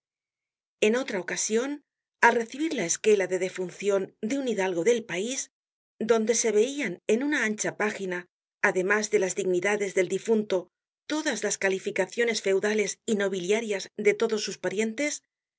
en otra ocasion al recibir la esquela de defuncion de un hidalgo del país donde se veian en una ancha página además de las dignidades del difunto todas las calificaciones'feudales y nobiliarias de todos sus parientes